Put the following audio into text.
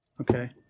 Okay